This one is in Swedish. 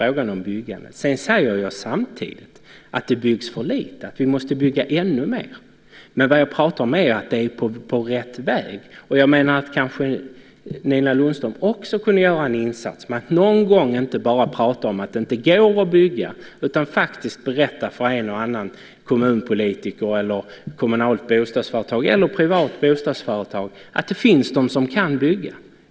Samtidigt sade jag att det byggs för lite. Vi måste bygga ännu mer. Men det är på rätt väg. Kanske också Nina Lundström kunde göra en insats genom att någon gång inte bara prata om att det inte går att bygga. Hon kunde kanske berätta för en och annan politiker, ett och annat kommunalt bostadsföretag eller privat bostadsföretag att det finns de som kan bygga.